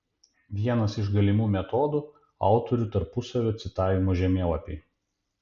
vienas iš galimų metodų autorių tarpusavio citavimo žemėlapiai